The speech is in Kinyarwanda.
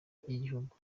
ryigihugu